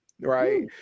right